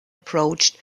approached